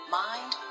mind